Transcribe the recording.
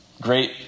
Great